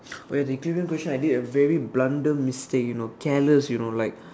oh ya the equilibrium question I did a very blunder mistake you know careless you know like